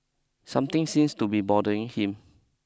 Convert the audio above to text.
something seems to be bothering him